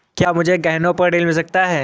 क्या मुझे गहनों पर ऋण मिल सकता है?